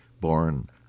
born